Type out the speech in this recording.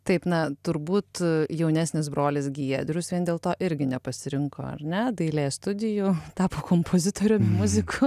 taip na turbūt jaunesnis brolis giedrius vien dėl to irgi nepasirinko ar ne dailės studijų tapo kompozitorium muziku